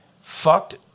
fucked